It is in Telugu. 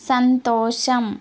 సంతోషం